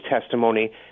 testimony